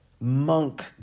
monk